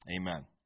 Amen